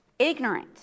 ignorant